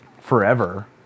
forever